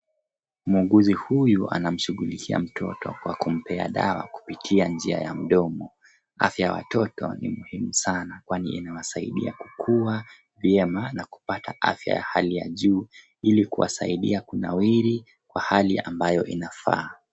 Muuguzi huyu anamshugulikia mtoto kwa kumpea dawa kupitia njia ya mdomo. Afya ya watoto ni muhimu sana kwani inawasaidia kukua vyema na kupata afya ya hali ya juu ili kuwasaidia kunawiri mahali ambayo inafaa.